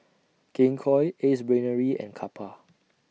King Koil Ace Brainery and Kappa